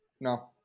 No